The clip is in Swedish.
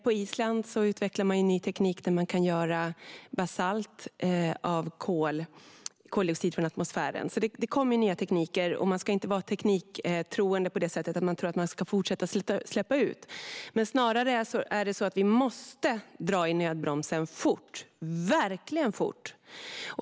På Island utvecklas ny teknik för att göra basalt av koldioxid från atmosfären. Det kommer nya tekniker, och man ska inte vara tekniktroende på det sättet att man tror att man ska fortsätta med utsläppen. Snarare måste vi dra i nödbromsen fort - verkligen fort!